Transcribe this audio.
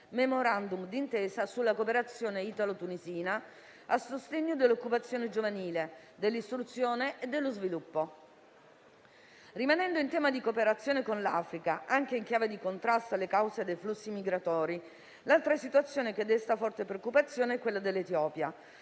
*memorandum* d'intesa sulla cooperazione italo-tunisina a sostegno dell'occupazione giovanile, dell'istruzione e dello sviluppo. Rimanendo in tema di cooperazione con l'Africa, anche in chiave di contrasto alle cause dei flussi migratori, l'altra situazione che desta forte preoccupazione è quella dell'Etiopia,